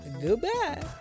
Goodbye